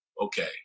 okay